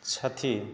छथि